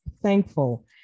thankful